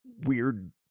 weird